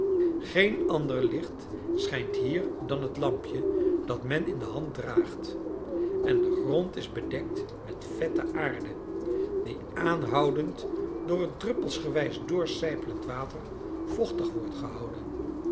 geen ander licht schijnt hier dan het lampje dat men in de hand draagt en de grond is bedekt met vette aarde die aanhoudend door het druppelsgewijs doorsijpelend water vochtig wordt gehouden